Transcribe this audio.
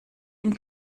ihm